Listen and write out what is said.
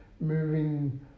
moving